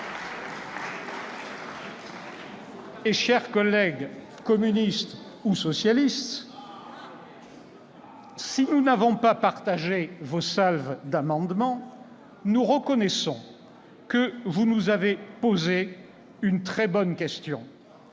! Chers collègues communistes ou socialistes, si nous n'avons pas soutenu vos salves d'amendements, nous reconnaissons que vous nous avez posé une très bonne question